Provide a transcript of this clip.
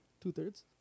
Two-thirds